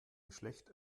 schlecht